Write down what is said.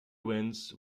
wins